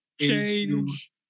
Change